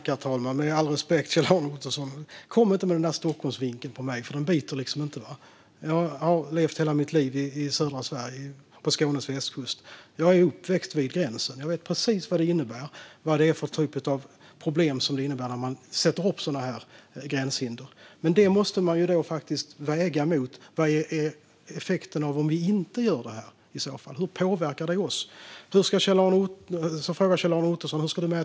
Herr talman! Med all respekt, Kjell-Arne Ottosson - kom inte med den där Stockholmsvinkeln, för den biter inte på mig. Jag har levt hela mitt liv i södra Sverige, på Skånes västkust. Jag är uppväxt vid gränsen. Jag vet precis vad för problem det innebär när man sätter upp sådana här gränshinder. Men de problemen måste man väga mot effekten av att inte göra det och hur vi påverkas av detta. Kjell-Arne Ottosson frågar hur vi ska mäta det här.